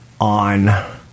on